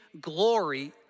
glory